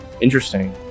interesting